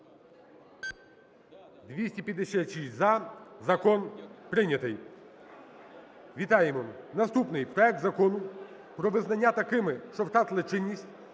За-256 Закон прийнятий. Вітаємо! Наступний, проект Закону про визнання такими, що втратили чинність,